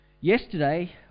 yesterday